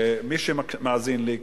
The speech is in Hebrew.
שמי שמאזין לי,